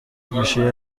بیشهای